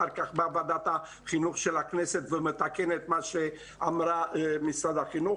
אחר כך באה ועדת החינוך של הכנסת ומתקנת את מה שאמר משרד החינוך.